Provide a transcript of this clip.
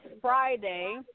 Friday